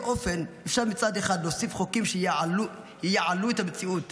אופן אפשר מצד אחד להוסיף חוקים שייעלו את המציאות